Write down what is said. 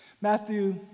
Matthew